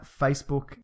Facebook